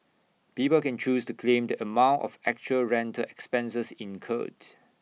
people can choose to claim the amount of actual rental expenses incurred